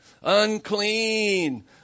unclean